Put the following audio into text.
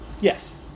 Yes